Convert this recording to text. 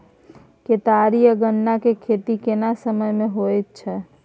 केतारी आ गन्ना के खेती केना समय में होयत या?